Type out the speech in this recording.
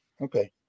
Okay